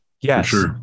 Yes